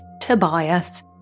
Tobias